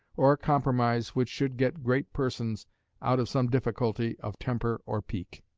or a compromise which should get great persons out of some difficulty of temper or pique.